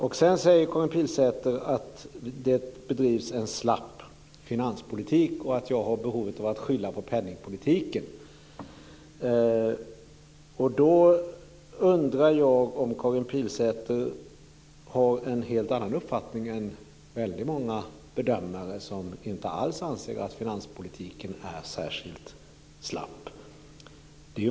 Karin Pilsäter sade att det bedrivs en slapp finanspolitik och att jag har ett behov av att skylla på penningpolitiken. Jag undrar om Karin Pilsäter har en helt annan uppfattning än väldigt många bedömare, som inte alls anser att finanspolitiken är särskilt slapp.